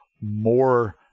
more